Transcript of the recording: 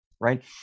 right